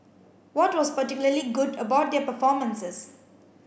what was particularly good about their performances